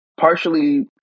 partially